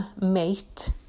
mate